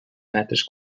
metres